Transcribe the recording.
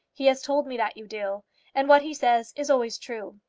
he has told me that you do and what he says is always true.